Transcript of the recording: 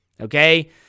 okay